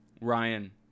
Ryan